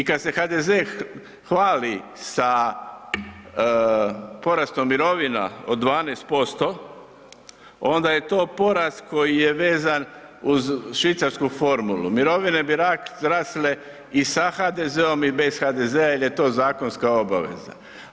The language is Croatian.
I kad se HDZ hvali sa porastom mirovina od 12% onda je to porast koji je vezan uz švicarsku formulu, mirovine bi rasle i sa HDZ-om i bez HDZ-a jel je to zakonska obaveza.